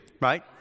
right